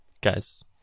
Guys